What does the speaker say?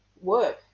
work